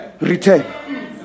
return